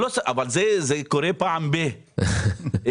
זה קורה פעם ב ---.